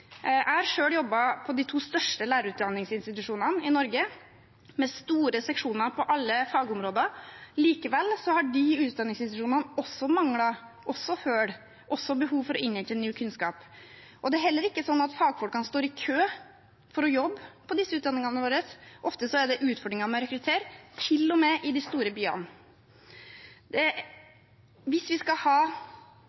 Jeg har selv jobbet på de to største lærerutdanningsinstitusjonene i Norge, med store seksjoner på alle fagområder. Likevel har de utdanningsinstitusjonene også mangler, hull og behov for å innhente ny kunnskap. Det er heller ikke sånn at fagfolkene står i kø for å jobbe på disse utdanningene våre. Ofte er det utfordringer med å rekruttere, til og med i de store byene.